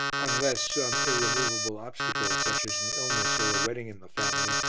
unless some irremovable obstacle, such as an illness or a wedding in the family,